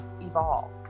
evolve